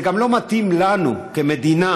זה גם לא מתאים לנו כמדינה